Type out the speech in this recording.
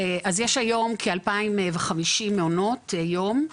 אז יש היום כ- 2,050 מעונות יום,